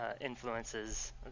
influences